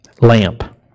Lamp